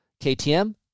KTM